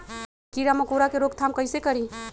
हम किरा मकोरा के रोक थाम कईसे करी?